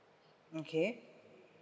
okay